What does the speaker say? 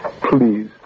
Please